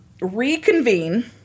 reconvene